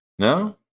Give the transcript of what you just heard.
No